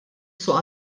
suq